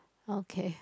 okay